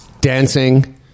dancing